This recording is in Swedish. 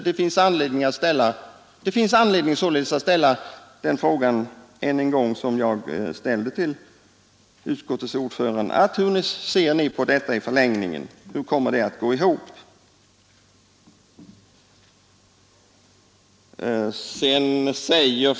Det finns anledning att än en gång ställa den fråga som jag tidigare riktade till finansutskottets ordförande: Hur ser ni på detta i förlängningen, hyser ni ingen oro för denna utveckling?